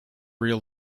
real